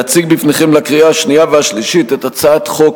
להציג בפניכם לקריאה השנייה והשלישית את הצעת חוק